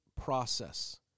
process